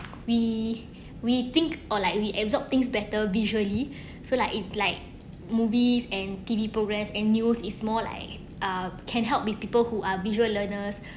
we we think or like we absorb things better visually so like if like movies and t v progress and news is more like uh can help with people who are visual learners